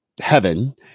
heaven